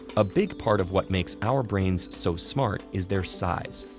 a big part of what makes our brains so smart is their size,